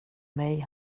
mig